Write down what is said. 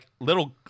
little